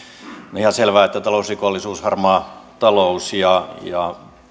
on ihan selvää että talousrikollisuus harmaa talous ja ja